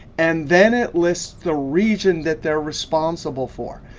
and then it lists the region that they're responsible for.